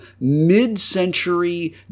mid-century